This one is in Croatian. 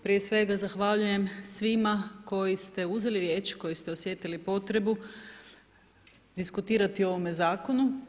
Prije svega zahvaljujem svima koji ste uzeli riječ, koji ste osjetili potrebu diskutirati o ovome zakonu.